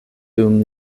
dum